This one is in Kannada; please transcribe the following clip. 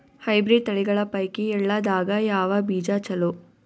ಹೈಬ್ರಿಡ್ ತಳಿಗಳ ಪೈಕಿ ಎಳ್ಳ ದಾಗ ಯಾವ ಬೀಜ ಚಲೋ?